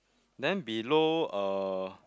then below uh